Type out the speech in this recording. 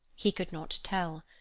he could not tell.